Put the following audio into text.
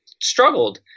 struggled